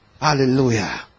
Hallelujah